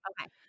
Okay